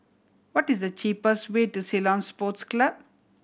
what is the cheapest way to Ceylon Sports Club